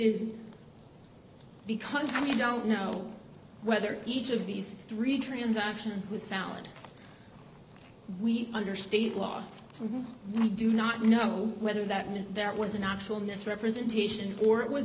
is because we don't know whether each of these three transaction was valid we under state law and i do not know whether that that was an actual misrepresentation or it w